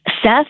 Seth